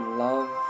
love